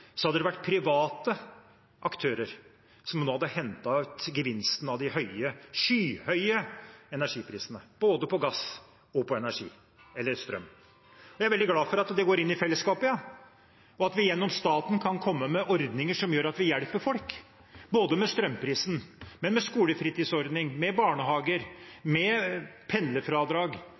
det vært private aktører som nå hadde hentet ut gevinsten av de skyhøye energiprisene – på både gass og energi, eller strøm. Jeg er veldig glad for at det går inn i fellesskapet, og for at vi gjennom staten kan komme med ordninger som gjør at vi hjelper folk – både med strømprisen, med skolefritidsordning, med barnehager, med pendlerfradrag